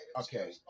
Okay